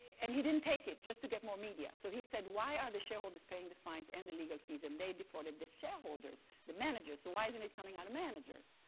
and he didn't take it just to get more media. so he said, why are the shareholders paying the fines and the legal fees and they defaulted the shareholders, the managers, so why isn't it coming out of managers?